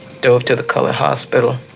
drove to the colored hospital.